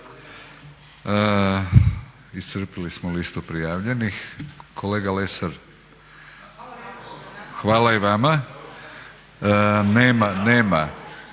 Iscrpili smo listu prijavljenih. Kolega Lesar, hvala i vama. Nema,